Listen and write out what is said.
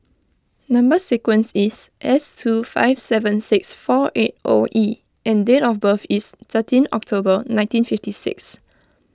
Number Sequence is S two five seven six four eight O E and date of birth is thirteen October nineteen fifty six